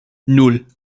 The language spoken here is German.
nan